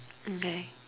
okay